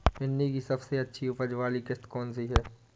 भिंडी की सबसे अच्छी उपज वाली किश्त कौन सी है?